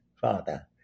father